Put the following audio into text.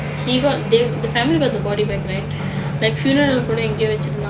they got the family got the body back right like funeral கூட எங்கயோ வெச்சிருந்தாங்க:kuda engayo vechiruntaanga